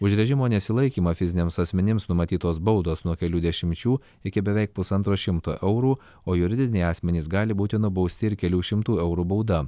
už režimo nesilaikymą fiziniams asmenims numatytos baudos nuo kelių dešimčių iki beveik pusantro šimto eurų o juridiniai asmenys gali būti nubausti ir kelių šimtų eurų bauda